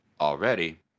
already